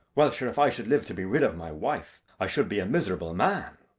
well, sure, if i should live to be rid of my wife, i should be a miserable man.